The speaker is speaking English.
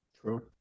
True